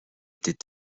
était